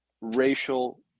racial